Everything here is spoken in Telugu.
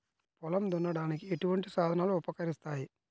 పొలం దున్నడానికి ఎటువంటి సాధనాలు ఉపకరిస్తాయి?